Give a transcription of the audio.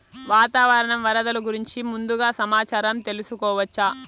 వాతావరణం వరదలు గురించి ముందుగా సమాచారం తెలుసుకోవచ్చా?